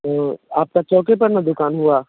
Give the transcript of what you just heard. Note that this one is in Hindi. तो आपका चौकी पर ना दुकान हुआ